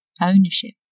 ownership